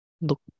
Look